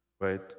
Right